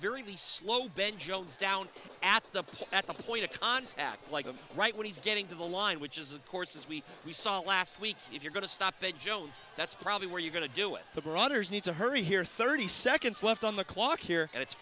least slow ben jones down at the play at the point of contact like i'm right when he's getting to the line which is of course as we we saw last week if you're going to stop that jones that's probably where you going to do it the brothers need to hurry here thirty seconds left on the clock here and it's